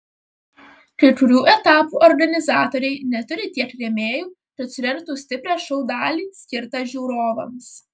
kai kurių etapų organizatoriai neturi tiek rėmėjų kad surengtų stiprią šou dalį skirtą žiūrovams